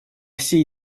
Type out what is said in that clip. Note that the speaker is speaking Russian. сей